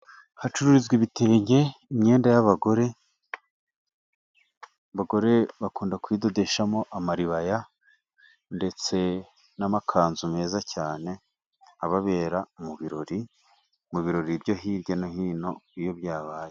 Ahacururizwa ibitenge imyenda y' abagore, abagore bakunda kuyidodeshamo amaribaya, ndetse n'amakanzu meza cyane ababera mu birori, mu birori byo hirya no hino iyo byabaye.